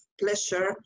pleasure